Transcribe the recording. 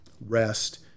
Rest